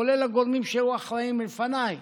כולל הגורמים שהיו אחראים לפניי